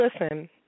Listen